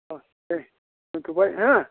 अ दे दोन्थ'बाय हा